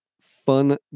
fun